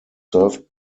served